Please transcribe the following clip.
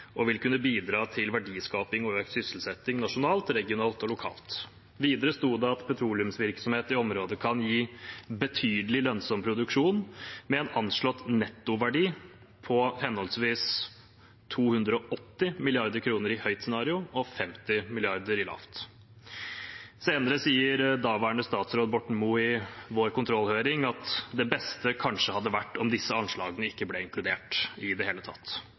og vil kunne bidra til verdiskaping og økt sysselsetting nasjonalt, regionalt og lokalt». Videre sto det at petroleumsvirksomhet i området kan gi betydelig lønnsom produksjon, med en anslått nettoverdi på henholdsvis 280 mrd. kr i høyt scenario og 50 mrd. kr i lavt. Senere sier daværende statsråd Borten Moe i vår kontrollhøring at det beste kanskje hadde vært om disse anslagene ikke ble inkludert i det hele tatt,